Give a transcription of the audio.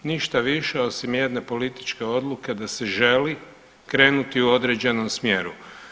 Ništa više osim jedne političke odluke da se želi krenuti u određenom smjeru.